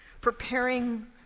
preparing